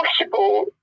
impossible